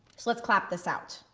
so let's clap this out.